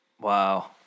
Wow